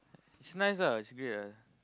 it's nice ah it's great ah